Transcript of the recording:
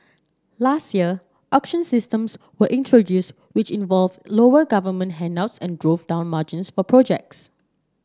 last year auction systems were introduced which involved lower government handouts and drove down margins for projects